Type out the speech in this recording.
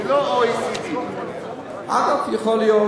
ולא OECD. יכול להיות,